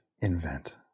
invent